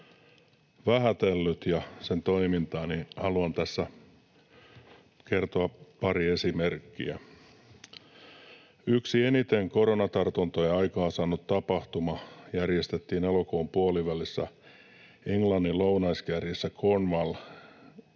vähätellyt, niin haluan tässä kertoa pari esimerkkiä: Yksi eniten koronatartuntoja aikaan saanut tapahtuma on ollut elokuun puolivälissä Englannin lounaiskärjessä Cornwallissa